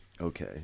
okay